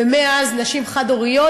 ומאז נשים חד-הוריות